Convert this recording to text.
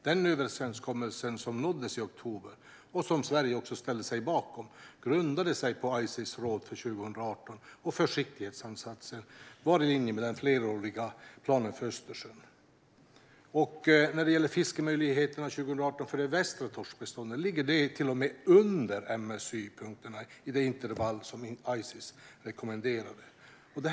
Den överenskommelse som nåddes i oktober, och som Sverige ställde sig bakom, grundade sig på Ices råd för 2018 och försiktighetsansatser och var i linje med den fleråriga planen för Östersjön. När det gäller fiskemöjligheterna 2018 för det västra torskbeståndet ligger det till och med under MSY-punkterna i det intervall som Ices rekommenderade.